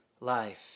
life